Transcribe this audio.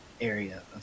area